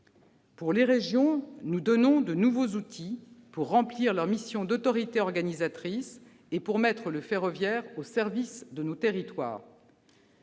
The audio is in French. les régions, nous leur donnons de nouveaux outils pour les aider à remplir leurs missions d'autorités organisatrices et pour mettre le ferroviaire au service de nos territoires.